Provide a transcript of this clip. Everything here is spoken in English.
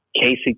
Casey